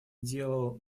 делал